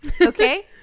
Okay